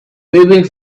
waving